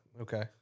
Okay